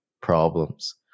problems